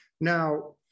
Now